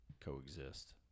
coexist